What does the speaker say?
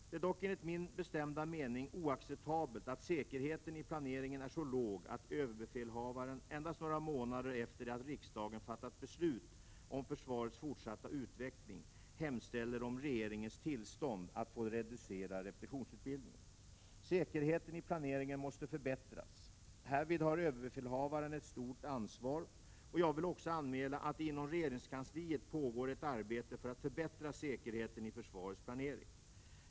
Det är dock enligt min bestämda mening oacceptabelt att säkerheten i planeringen är så låg att överbefälhavaren, endast några månader efter det att riksdagen fattat beslut om försvarets fortsatta utveckling, hemställer om regeringens tillstånd att få reducera repetitionsutbildningen. Säkerheten i planeringen måste förbättras. Härvid har överbefälhavaren ett stort ansvar. Jag vill också anmäla att det inom regeringskansliet pågår ett arbete för att förbättra säkerheten i försvarets planering.